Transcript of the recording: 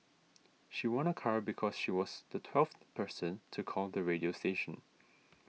she won a car because she was the twelfth person to call the radio station